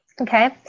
Okay